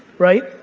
right,